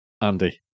Andy